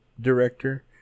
director